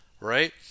right